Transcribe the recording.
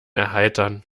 erheitern